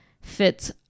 fits